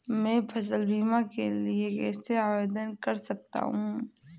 मैं फसल बीमा के लिए कैसे आवेदन कर सकता हूँ?